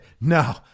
no